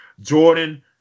Jordan